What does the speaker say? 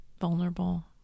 vulnerable